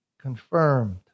confirmed